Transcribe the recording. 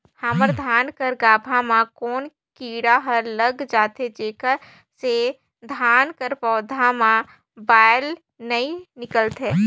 हमर धान कर गाभा म कौन कीरा हर लग जाथे जेकर से धान कर पौधा म बाएल नइ निकलथे?